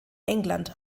england